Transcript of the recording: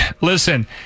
listen